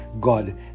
God